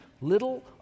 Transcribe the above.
little